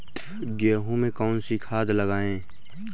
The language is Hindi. गेहूँ में कौनसी खाद लगाएँ?